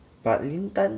but 林丹